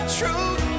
truth